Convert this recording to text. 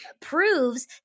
proves